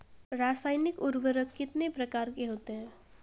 रासायनिक उर्वरक कितने प्रकार के होते हैं?